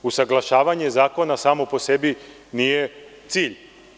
Usaglašavanje zakona, samo po sebi, nije cilj.